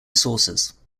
sources